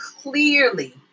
clearly